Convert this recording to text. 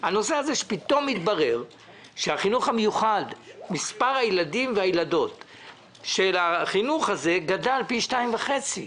שפתאום מתברר שמספר הילדים בחינוך המיוחד גדל פי שתיים וחצי.